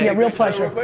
yeah real pleasure.